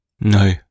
No